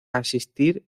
asistir